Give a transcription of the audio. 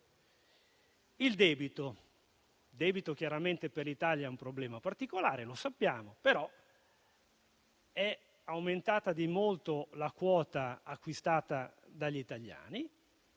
Il debito chiaramente per l'Italia è un problema particolare - come sappiamo - ma è aumentata di molto la quota acquistata dagli italiani